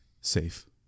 safe